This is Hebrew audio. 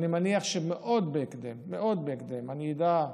אני מניח שמאוד בהקדם, מאוד בהקדם, אני אדע,